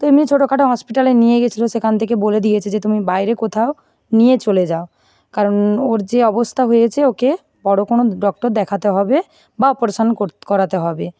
তো এমনি ছোটখাটো হসপিটালে নিয়ে গেছিল সেখান থেকে বলে দিয়েছে যে তুমি বাইরে কোথাও নিয়ে চলে যাও কারণ ওর যে অবস্থা হয়েছে ওকে বড় কোনও ডক্টর দেখাতে হবে বা অপরেশান করাতে হবে